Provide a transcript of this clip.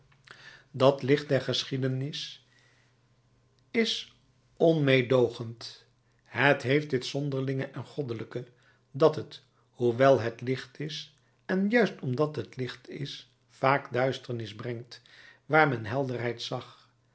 dat licht der geschiedenis is onmeedoogend het heeft dit zonderlinge en goddelijke dat het hoewel het licht is en juist omdat het licht is vaak duisternis brengt waar men helderheid zag